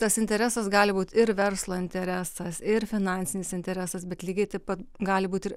tas interesas gali būt ir verslo interesas ir finansinis interesas bet lygiai taip pat gali būt ir